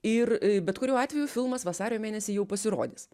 ir bet kuriuo atveju filmas vasario mėnesį jau pasirodys